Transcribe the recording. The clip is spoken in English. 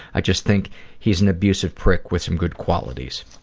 i just think he's an abusive prick with some good qualities.